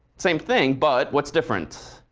same thing, but what's different?